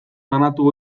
banatu